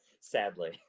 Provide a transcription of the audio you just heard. sadly